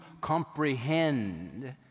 comprehend